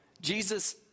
Jesus